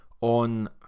on